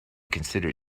consider